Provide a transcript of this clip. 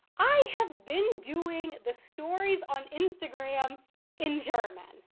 i have been doing the stories on instagram in german.